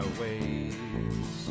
ways